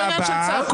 זה לא עניין של צעקות.